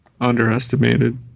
underestimated